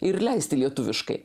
ir leisti lietuviškai